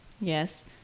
Yes